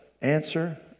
answer